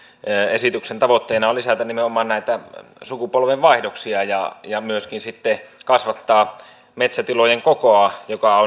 esityksen tavoitteena on lisätä nimenomaan näitä sukupolvenvaihdoksia ja ja myöskin sitten kasvattaa metsätilojen kokoa